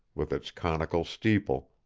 with its conical steeple,